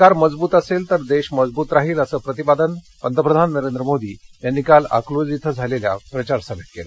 सरकार मजबूत असेल तर देश मजबूत राहील असं प्रतिपादन पंतप्रधान नरेंद्र मोदी यांनी काल अकलूज इथं झालेल्या प्रचारसभेमध्ये केलं